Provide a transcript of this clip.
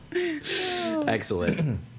Excellent